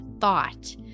thought